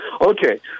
okay